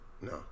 No